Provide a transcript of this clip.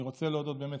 אני רוצה להודות באמת,